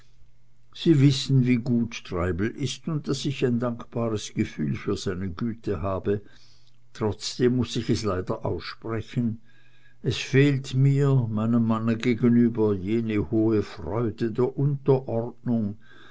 sie wissen wie gut treibel ist und daß ich ein dankbares gefühl für seine güte habe trotzdem muß ich es leider aussprechen es fehlt mir meinem manne gegenüber jene hohe freude der unterordnung